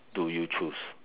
do you choose